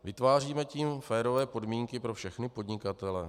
Vytváříme tím férové podmínky pro všechny podnikatele?